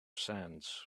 sands